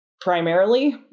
primarily